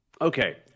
okay